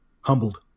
humbled